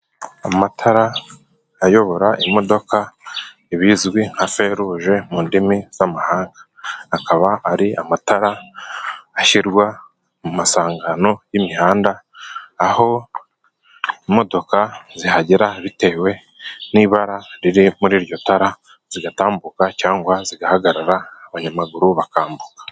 Amatara ayobora imodoka ibizwi nka feruje mu ndimi z'amahanga. Akaba ari amatara ashyirwa mu masangano y'imihanda， aho imodoka zihagera bitewe n'ibara riri muri iryo tara zigatambuka cyangwa zigahagarara，abanyamaguru bakambuka.